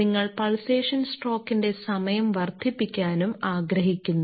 നിങ്ങൾ പൾസേഷൻ സ്ട്രോക്കിന്റെ സമയം വർദ്ധിപ്പിക്കാനും ആഗ്രഹിക്കുന്നു